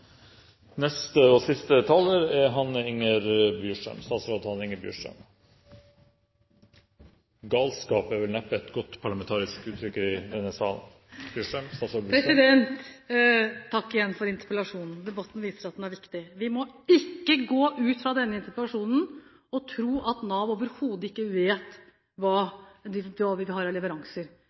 er et godt parlamentarisk uttrykk i denne salen. Takk – igjen – for interpellasjonen, debatten viser at den er viktig. Vi må ikke gå ut etter denne interpellasjonsdebatten og tro at Nav overhodet ikke vet hva de har av leveranser.